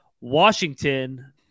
Washington